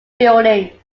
building